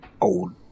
old